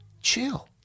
chill